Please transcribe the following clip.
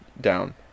down